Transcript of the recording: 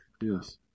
yes